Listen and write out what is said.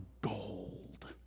gold